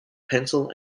pencil